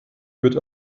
wird